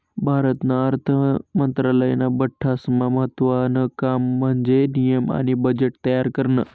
भारतना अर्थ मंत्रालयानं बठ्ठास्मा महत्त्वानं काम म्हन्जे नियम आणि बजेट तयार करनं